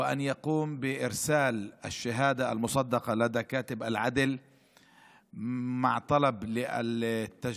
וישלח את התעודה המאושרת על ידי נוטריון בצירוף בקשת